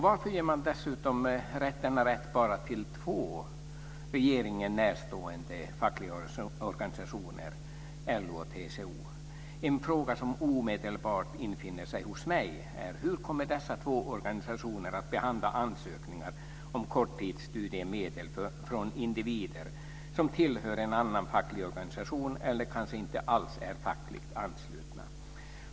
Varför ger man dessutom denna rätt enbart till två regeringen närstående fackliga organisationer, LO och TCO? En fråga som omedelbart infinner sig hos mig är: Hur kommer dessa två organisationer att behandla ansökningar om korttidsstudiemedel från individer som tillhör en annan facklig organisation eller kanske inte alls är fackligt anslutna?